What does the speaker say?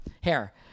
hair